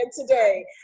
today